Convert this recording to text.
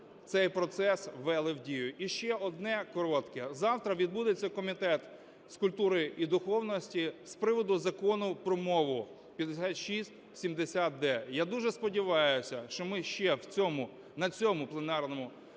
цей процес ввели в дію. І ще одне коротке. Завтра відбудеться Комітет з культури і духовності з приводу Закону про мову (5670-д). Я дуже сподіваюся, що ми ще на цьому пленарному,